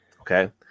Okay